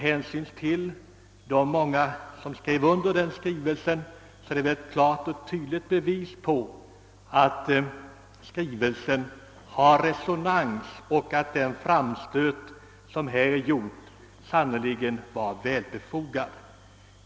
Att så många skrev under skrivelsen är ett klart och tydligt bevis på att skrivelsen funnit resonans och att den framstöt som gjordes sannerligen var väl befogad.